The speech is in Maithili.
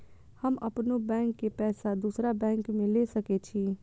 हम अपनों बैंक के पैसा दुसरा बैंक में ले सके छी?